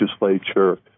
legislature